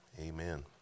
Amen